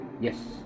Yes